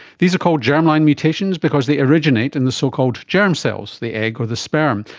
these are called germline mutations because they originate in the so-called germ cells, the egg or the sperm,